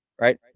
Right